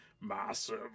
massive